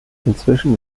inzwischen